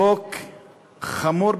חוק חמור במיוחד,